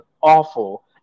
awful